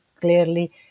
clearly